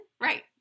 Right